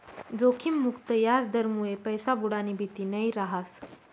जोखिम मुक्त याजदरमुये पैसा बुडानी भीती नयी रहास